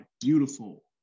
beautiful